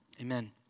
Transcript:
Amen